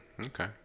okay